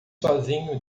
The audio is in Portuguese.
sozinho